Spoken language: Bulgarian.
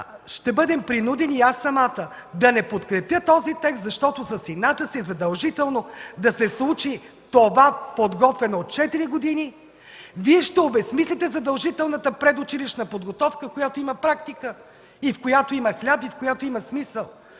ще бъдем принудени – и аз самата, да не подкрепя този текст, защото с ината си задължително да се случи това подготвено от четири години, Вие ще обезсмислите задължителната предучилищна подготовка, която има практика и в която има хляб, и в която има смисъл,